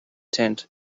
tent